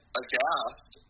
aghast